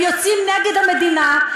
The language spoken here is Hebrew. הם יוצאים נגד המדינה,